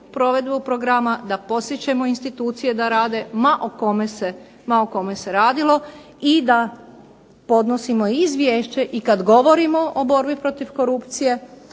da podsjećamo institucije da rade ma o kome se radilo i da podnosimo izvješće. I kad govorimo o borbi protiv korupcije